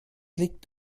liegt